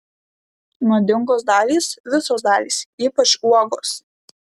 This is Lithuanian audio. nuodingos dalys visos dalys ypač uogos